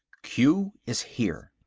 q is here,